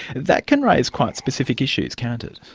that can raise quite specific issues, can't it?